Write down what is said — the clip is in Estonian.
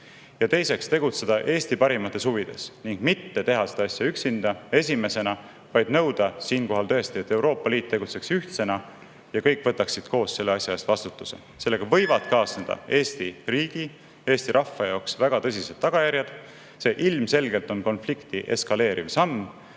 ja teiseks, tegutseda Eesti parimates huvides ning mitte teha seda asja üksinda, esimesena, vaid nõuda siinkohal tõesti, et Euroopa Liit tegutseks ühtsena ja et selle asja eest vastutaksid kõik koos. Sellega võivad kaasneda Eesti riigi, Eesti rahva jaoks väga tõsised tagajärjed. See on ilmselgelt konflikti eskaleeriv samm.